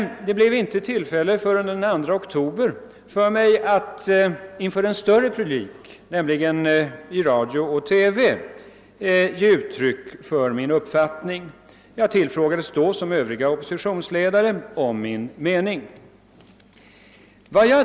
Inte förrän den 2 oktober fick jag tillfälle att inför en större publik, nämligen i radio och TV, ge uttryck för min uppfattning, då jag tillfrågades lik som övriga oppositionsledare om vad jag ansåg.